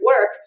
work